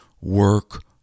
work